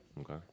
Okay